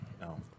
No